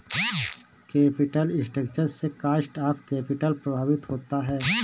capital structure से cost of capital प्रभावित होता है